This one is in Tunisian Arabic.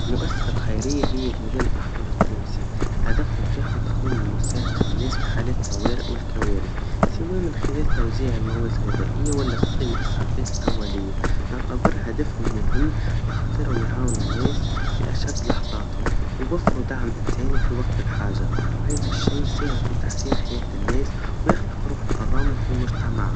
المؤسسا الخيريا هي الهلال الأحمر االتونسي, الهدف متاعهم تقديم المساعدا للناس في حالات الطوارئ والكوارث, سوا من خلال توزيع المواد الغذائيا, ولا تقديم الإسعافات الأوليا, نعتبر هدفهم مهم على خاطرهم يعاونوا الناس بأشد لحظاتهم, ويوفروا دعم إنساني في وقت الحاجا, وهذا الشي ساهم في تحسين حياة الناس, ويخلق روح التضامن في المجتع.